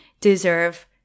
deserve